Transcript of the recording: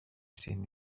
seen